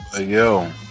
Yo